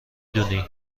دونی